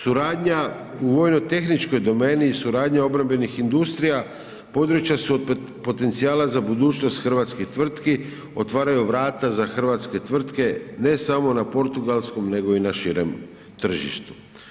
Suradnja u vojnotehničkoj domeni i suradnja obrambenih industrija područja su od potencijala za budućnost hrvatskih tvrtki, otvaraju vrata za hrvatske tvrtke ne samo na portugalskom nego i na širem tržištu.